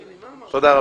תודה.